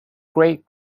great